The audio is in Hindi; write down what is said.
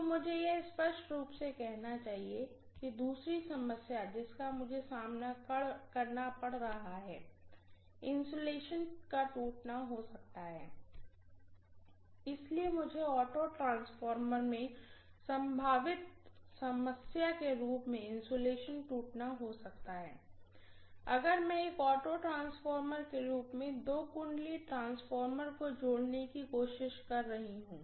तो मुझे यह स्पष्ट रूप से कहना चाहिए कि दूसरी समस्या जिसका मुझे सामना करना पड़ सकता है इन्सुलेशन टूटना हो सकता है इसलिए मुझे ऑटो ट्रांसफार्मर में संभावित समस्या के रूप में इन्सुलेशन टूटना हो सकता है अगर मैं एक ऑटो ट्रांसफार्मर के रूप में दो वाइंडिंग ट्रांसफार्मर को जोड़ने की कोशिश कर रही हूं